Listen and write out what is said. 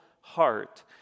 heart